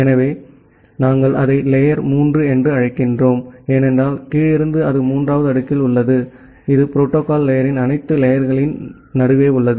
எனவே நாங்கள் அதை லேயர் 3 என்று அழைக்கிறோம் ஏனென்றால் கீழே இருந்து அது மூன்றாவது அடுக்கில் உள்ளது இது புரோட்டோகால் லேயர்ரின் அனைத்து லேயர்களின் நடுவே உள்ளது